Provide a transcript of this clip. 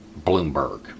Bloomberg